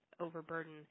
overburden